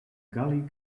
gully